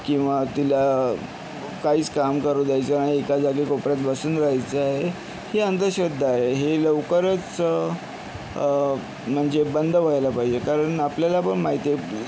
किंवा तिला काहीच काम करू द्यायचं नाही एका जागी कोपऱ्यात बसून राहायचं आहे ही अंधश्रद्धा आहे ही लवकरच म्हणजे बंद व्हायला पाहिजे कारण आपल्याला पण माहिती आहे